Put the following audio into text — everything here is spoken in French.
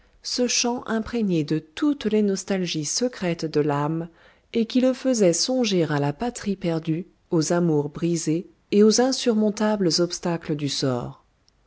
ce chant imprégné de toutes les nostalgies secrètes de l'âme et qui le faisait songer à la patrie perdue aux amours brisées et aux insurmontables obstacles du sort